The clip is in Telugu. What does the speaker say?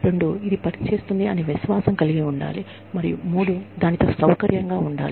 రెండు ఇది పని చేస్తుంది అనే విశ్వాసం కలిగి ఉండాలి మరియు మూడు దానితో సౌకర్యంగా ఉండాలి